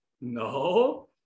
No